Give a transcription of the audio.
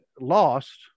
lost